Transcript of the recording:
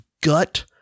gut-